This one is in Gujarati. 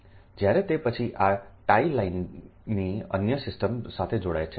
જ્યારે તે પછી આ ટાઇ લાઇન થી અન્ય સિસ્ટમ સાથે જોડાય છે